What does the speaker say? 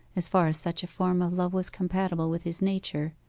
as far as such a form of love was compatible with his nature,